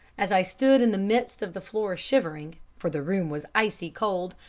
as i stood in the midst of the floor shivering for the room was icy cold,